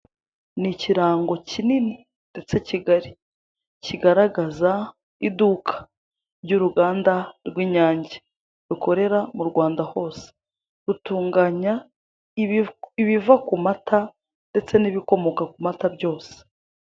Ni ikirango kinini ndetse kigari kigaragaza iduka ry'uruganda rw'inyange rukorera mu Rwanda hose rutunganya ibiva ku mata ndetse n'ibikomoka ku mata byose.